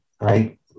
right